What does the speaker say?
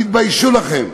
תתביישו לכם.